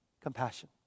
compassion